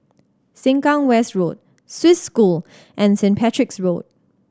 Sengkang West Road Swiss School and Saint Patrick's Road